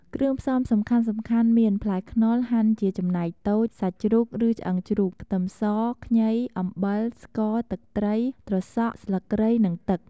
គ្រឿងផ្សំសំខាន់ៗមាន ផ្លែខ្នុរហាន់ជាចំណែកតូច សាច់ជ្រូក ឬឆ្អឹងជ្រូក ខ្ទឹមស ខ្ញី អំបិល ស្ករ ទឹកត្រី ត្រសក់ ស្លឹកគ្រៃ និង ទឹក។